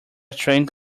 trained